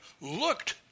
looked